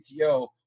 CTO